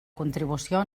contribució